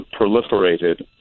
proliferated